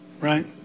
right